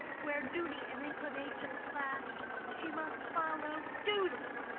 where duty and inclination clash, she must follow duty.